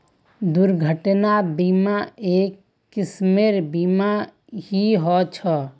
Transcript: दुर्घटना बीमा, एक किस्मेर बीमा ही ह छे